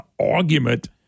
argument